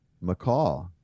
macaw